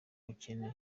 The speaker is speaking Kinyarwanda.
gaciro